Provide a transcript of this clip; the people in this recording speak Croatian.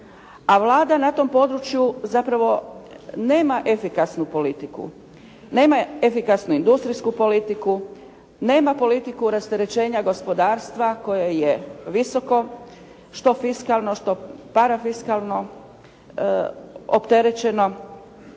A Vlada na tom području zapravo nema efikasnu politiku, nema efikasnu industrijsku politiku, nema politiku rasterećenja gospodarstva koje je visoko, što fiskalno, što parafiskalno opterećeno